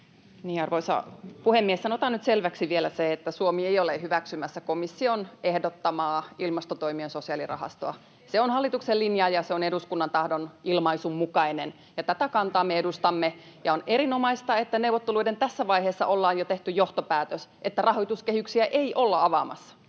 Arvoisa puhemies! Sanotaan nyt selväksi vielä se, että Suomi ei ole hyväksymässä komission ehdottamaa ilmastotoimien sosiaalirahastoa. Se on hallituksen linja ja se on eduskunnan tahdonilmaisun mukainen, ja tätä kantaa me edustamme. Ja on erinomaista, että neuvotteluiden tässä vaiheessa ollaan jo tehty johtopäätös, että rahoituskehyksiä ei olla avaamassa,